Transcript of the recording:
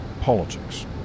politics